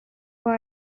boy